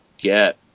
get